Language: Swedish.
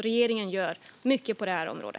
Regeringen gör alltså mycket på detta område.